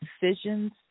decisions